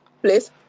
please